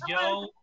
yo